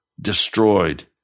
destroyed